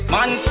Man